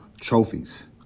trophies